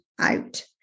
out